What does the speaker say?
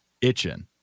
itching